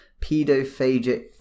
pedophagic